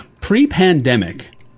pre-pandemic